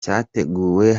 cyateguwe